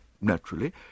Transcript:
naturally